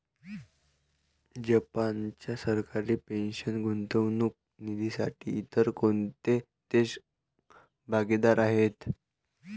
जपानच्या सरकारी पेन्शन गुंतवणूक निधीसाठी इतर कोणते देश भागीदार आहेत?